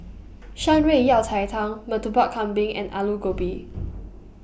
Shan Rui Yao Cai Tang Murtabak Kambing and Aloo Gobi